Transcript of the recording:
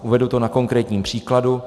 Uvedu to na konkrétním příkladu.